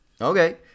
Okay